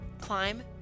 climb